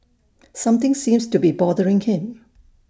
something seems to be bothering him